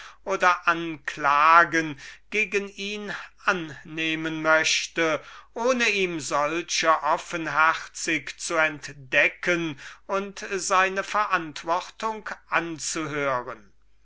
oder anklagen gegen ihn annehmen möchte ohne ihm solche offenherzig zu entdecken und seine verantwortung anzuhören